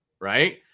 right